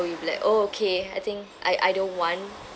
you'll be like oh okay I think I I don't want